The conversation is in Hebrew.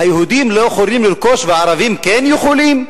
היהודים לא יכולים לרכוש וערבים כן יכולים?